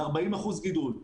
ל- 40% גידול,